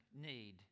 need